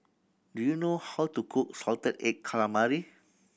do you know how to cook salted egg calamari